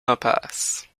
impasse